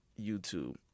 YouTube